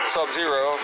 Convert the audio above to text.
Sub-Zero